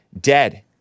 dead